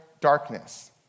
darkness